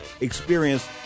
experience